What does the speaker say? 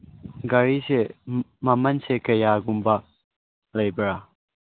ꯒꯥꯔꯤꯁꯦ ꯃꯃꯟꯁꯦ ꯀꯌꯥꯒꯨꯝꯕ ꯂꯩꯕ꯭ꯔꯥ